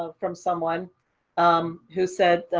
ah from someone um who said,